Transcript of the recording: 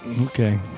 Okay